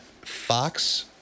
Fox